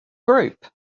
group